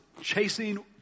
chasing